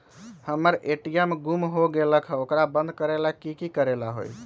हमर ए.टी.एम गुम हो गेलक ह ओकरा बंद करेला कि कि करेला होई है?